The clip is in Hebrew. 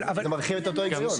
אבל אני לא יודע,